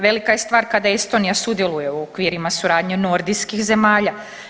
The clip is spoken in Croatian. Velika je stvar kada Estonija sudjeluje u okvirima suradnje nordijskih zemalja.